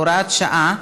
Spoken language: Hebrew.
הוראת שעה),